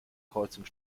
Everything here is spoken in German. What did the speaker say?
kreuzung